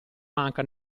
manca